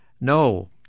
No